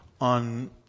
on